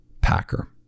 Packer